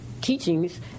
teachings